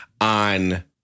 on